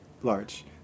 large